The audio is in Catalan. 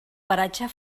paratge